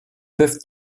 peuvent